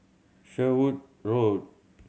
Sherwood Road